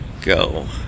go